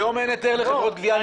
היום אין היתר לחברות הגבייה לפעול.